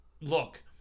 look